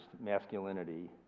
masculinity